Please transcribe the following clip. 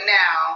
now